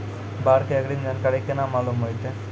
बाढ़ के अग्रिम जानकारी केना मालूम होइतै?